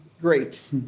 great